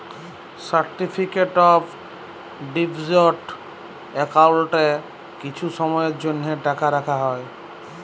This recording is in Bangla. সার্টিফিকেট অফ ডিপজিট একাউল্টে কিছু সময়ের জ্যনহে টাকা রাখা হ্যয়